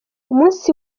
umunsi